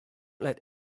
let